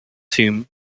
tomb